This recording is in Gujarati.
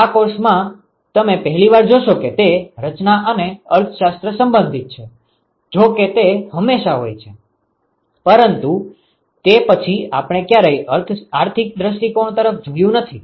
તો આ કોર્સમાં તમે પહેલીવાર જોશો કે તે રચના અને અર્થશાસ્ત્ર સંબંધિત છે જો કે તે હંમેશાં હોય છે પરંતુ તે પછી આપણે ક્યારેય આર્થિક દૃષ્ટિકોણ તરફ જોયું નથી